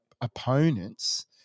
opponents